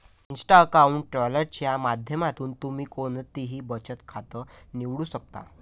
Insta account travel च्या माध्यमातून तुम्ही कोणतंही बचत खातं निवडू शकता